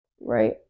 right